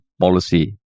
Policy